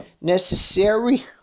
necessary